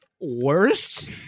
worst